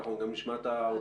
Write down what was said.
אנחנו גם נשמע את האוצר.